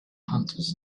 hunters